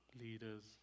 leaders